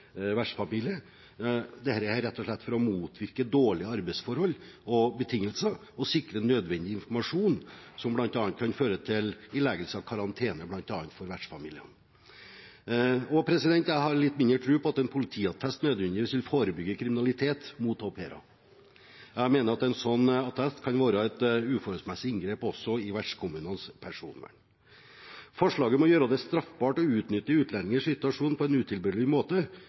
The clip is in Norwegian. er rett og slett for å motvirke dårlige arbeidsforhold og betingelser, som bl.a. kan føre til ileggelse av karantene for vertsfamilien, og for å sikre nødvendig informasjon. Jeg har litt mindre tro på at en politiattest nødvendigvis vil forebygge kriminalitet mot au pairer. Jeg mener at en slik attest kan være et uforholdsmessig inngrep også i vertsfamilienes personvern. Forslaget om å gjøre det straffbart å utnytte utlendingers situasjon på en utilbørlig måte